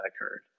occurred